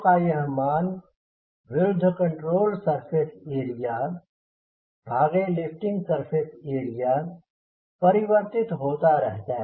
का यह मान विरुद्ध कंट्रोल सरफेस एरिया भागे लिफ्टिंग सरफेस एरिया परिवर्तित होता रहता है